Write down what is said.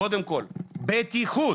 קודם כל, בטיחות